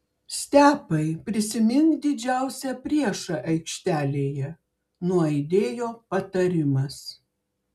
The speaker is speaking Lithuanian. stepai prisimink didžiausią priešą aikštelėje nuaidėjo patarimas